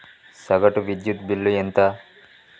సగటు విద్యుత్ బిల్లు ఎంత?